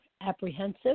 apprehensive